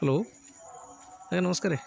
hello ଆଜ୍ଞା ନମସ୍କାର